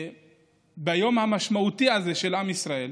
ביום המשמעותי הזה לעם ישראל,